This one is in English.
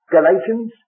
Galatians